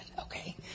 okay